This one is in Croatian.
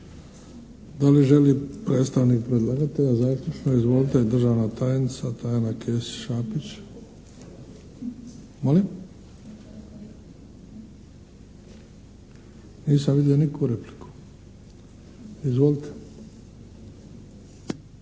Da li želi predstavnik predlagatelja zaključno? Izvolite! Državna tajnica Tajana Kesić Šapić. …/Upadica se ne čuje./… Molim? Nisam vidio nikakvu repliku. Izvolite!